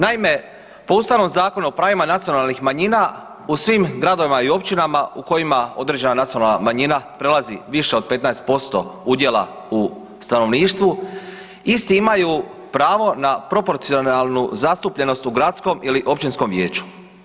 Naime, po Ustavnom zakonu o pravima nacionalnih manjina u svim gradovima i općinama u kojima određena nacionalna manjina prelazi više od 15% udjela u stanovništvu isti imaju pravo na proporcionalnu zastupljenost u gradskom ili općinskom vijeću.